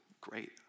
great